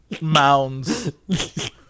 mounds